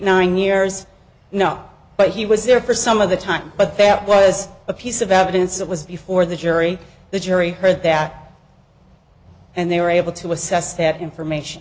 nine years no but he was there for some of the time but that was a piece of evidence that was before the jury the jury heard back and they were able to assess that information